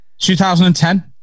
2010